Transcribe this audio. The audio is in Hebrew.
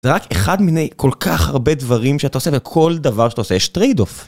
זה רק אחד מיני כל כך הרבה דברים שאתה עושה וכל דבר שאתה עושה יש טרייד אוף